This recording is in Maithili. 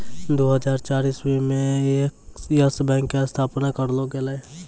दु हजार चार इस्वी मे यस बैंक के स्थापना करलो गेलै